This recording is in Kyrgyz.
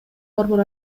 борбор